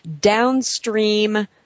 downstream